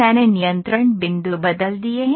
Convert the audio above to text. मैंने नियंत्रण बिंदु बदल दिए हैं